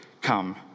come